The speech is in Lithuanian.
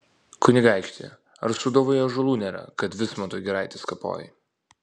kunigaikšti ar sūduvoje ąžuolų nėra kad vismanto giraites kapoji